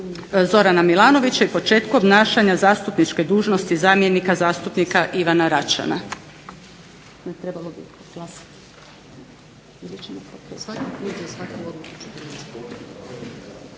Zorana Milanovića i početku obnašanja zastupničke dužnosti zamjenika zastupnika Ivana Račana.